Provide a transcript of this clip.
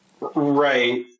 Right